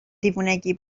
دیوونگی